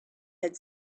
had